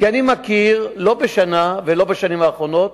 כי אני מכיר את זה לא רק השנה ולא בשנים האחרונות.